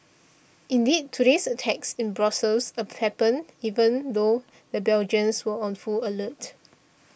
indeed today's attacks in Brussels happened even though the Belgians were on full alert